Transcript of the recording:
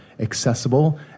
accessible